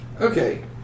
Okay